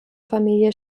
familie